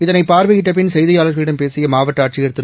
இதனை பா்வையிட்ட பின் செய்தியாளாகளிடம் பேசிய மாவட்ட ஆட்சியா் திரு